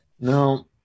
No